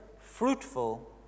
fruitful